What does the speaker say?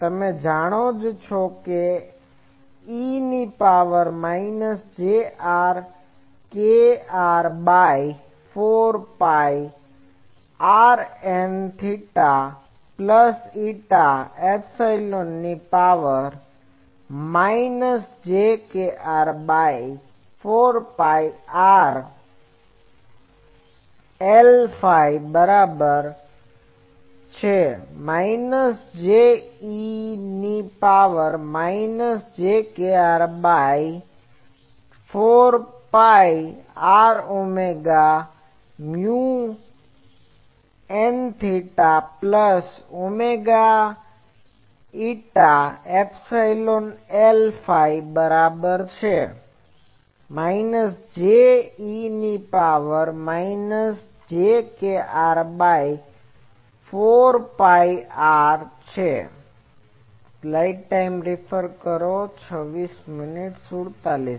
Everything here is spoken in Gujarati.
તમે જાણો જ છો કે e ની power minus j kr by 4 phi r Nθ plus η epsilon e ની power minus j kr by 4 phi r Lφ બરાબર છે માઈનસ j e ની power minus j kr by 4 phi r omega mu Nθ plus omega η epsilon Lφ બરાબર છે માઈનસ j e ની power minus j kr by 4 phi r